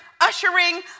ushering